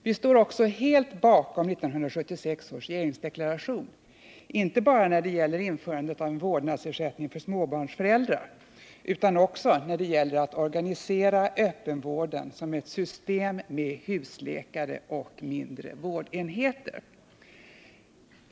Vi står också helt bakom 1976 års regeringsdeklaration, inte bara när det gäller införandet av en vårdnadsersättning till småbarnsföräldrar utan också när det gäller att ”stegvis organisera öppenvården som ett system med husläkare och mindre vårdenheter”.